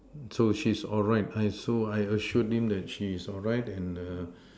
so she's alright I so I assured him that she's alright and err